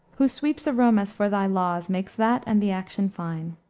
who sweeps a room, as for thy laws, makes that and the action fine.